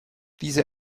diese